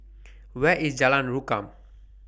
Where IS Jalan Rukam